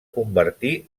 convertir